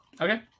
Okay